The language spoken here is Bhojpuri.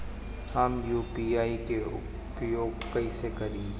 हम यू.पी.आई के उपयोग कइसे करी?